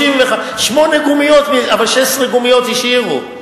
35%. שמונה גומיות, אבל 16 גומיות השאירו.